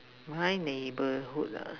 my neighborhood lah